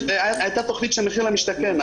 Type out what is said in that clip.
הייתה תוכנית של מחיר למשתכן.